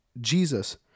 Jesus